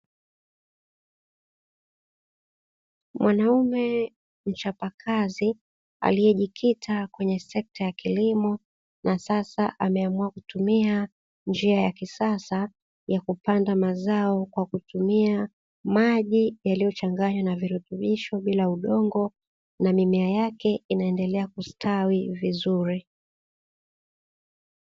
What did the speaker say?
Mwanaume mchapakazi aliyejikita kwenye sekta ya kilimo, na sasa ameamua kutumia njia ya kisasa ya kupanda mazao kwa kutumia maji yaliyochanganywa na virutubisho bila udongo, na mimea yake inaendelea kustawi vizuri.